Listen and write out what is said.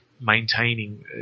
maintaining